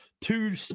Two